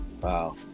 Wow